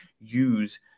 use